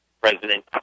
President